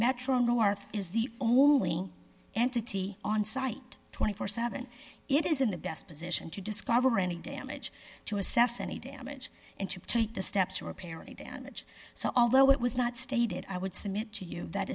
metro north is the only entity on site two hundred and forty seven it is in the best position to discover any damage to assess any damage and to take the steps to repair any damage so although it was not stated i would submit to you that